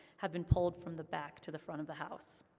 have been pulled from the back to the front of the house.